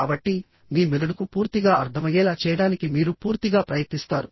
కాబట్టి మీ మెదడుకు పూర్తిగా అర్థమయ్యేలా చేయడానికి మీరు పూర్తిగా ప్రయత్నిస్తారు